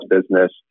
business